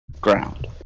Ground